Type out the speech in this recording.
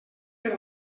per